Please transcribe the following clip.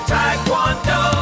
Taekwondo